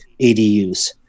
ADUs